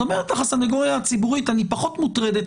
אז אומרת לך הסנגוריה ציבורית שהיא פחות מוטרדת